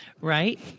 Right